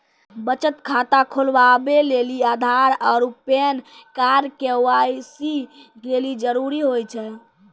बचत खाता खोलबाबै लेली आधार आरू पैन कार्ड के.वाइ.सी लेली जरूरी होय छै